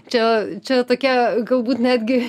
čia čia tokia galbūt netgi